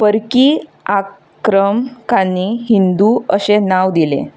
परकी आक्रमकांनी हिंदू अशें नांव दिलें